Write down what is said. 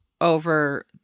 over